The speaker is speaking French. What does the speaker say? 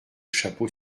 chapeau